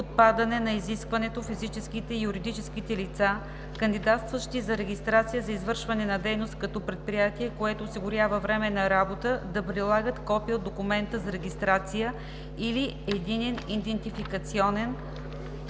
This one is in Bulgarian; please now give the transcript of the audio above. отпадане на изискването физическите и юридическите лица, кандидатстващи за регистрация за извършване на дейност като предприятие, което осигурява временна работа, да прилагат копие от документа за регистрация или единен идентификационен код;